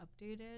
updated